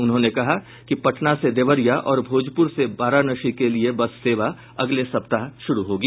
उन्होंने कहा कि पटना से देवरिया और भोजपुर से वाराणसी के लिये बस सेवा अगले सप्ताह शुरू होगी